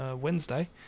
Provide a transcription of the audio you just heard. Wednesday